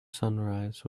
sunrise